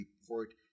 report